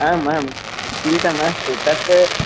आम् आं चिन्ता मास्तु तत्